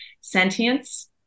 sentience